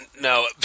No